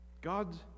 God